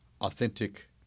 authentic